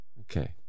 Okay